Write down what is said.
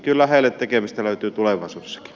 kyllä heille tekemistä löytyy tulevaisuudessakin